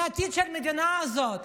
לעתיד של המדינה הזאת.